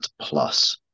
plus